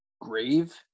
grave